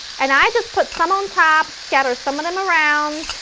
and i just put some on top, scatter some of them around.